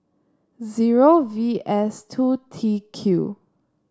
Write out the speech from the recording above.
zero V S two T Q